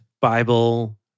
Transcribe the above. Bible